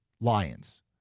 Lions